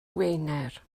wener